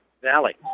Valley